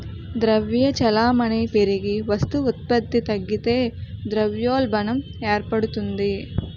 ద్రవ్య చలామణి పెరిగి వస్తు ఉత్పత్తి తగ్గితే ద్రవ్యోల్బణం ఏర్పడుతుంది